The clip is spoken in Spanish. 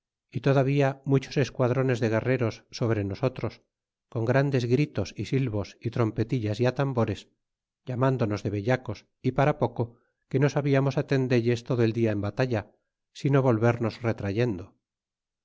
y todavía muchos esquadrones de guerreros sobre nosotros con grandes gritos é silvos y trompetillas y atambores llamándonos de vellacos y para poco que no sabiamos atendelles todo el dia en batalla sino volvernos retrayendo